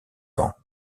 ans